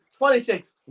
26